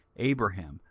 abraham,